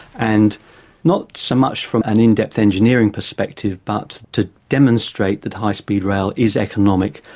and not so much from an in-depth engineering perspective but to demonstrate that high speed rail is economic.